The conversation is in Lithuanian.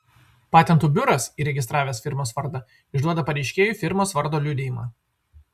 patentų biuras įregistravęs firmos vardą išduoda pareiškėjui firmos vardo liudijimą